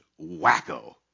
wacko